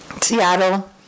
Seattle